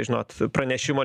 žinot pranešimą